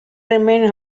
remained